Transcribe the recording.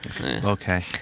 Okay